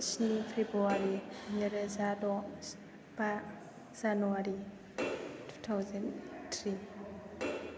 स्नि फ्रेबुवारि नैरोजा द' बा जानुवारि टु थावजेन थ्रि